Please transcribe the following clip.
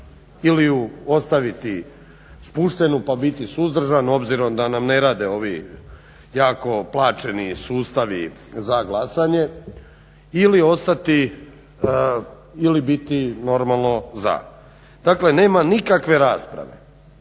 ju ostaviti spuštenu pa biti suzdržan obzirom da nam ne rade ovi jako plaćeni sustavi za glasanje ili ostati ili biti normalno za. Dakle, nema nikakve rasprave